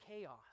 chaos